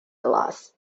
glass